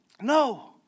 No